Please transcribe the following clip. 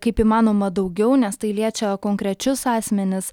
kaip įmanoma daugiau nes tai liečia konkrečius asmenis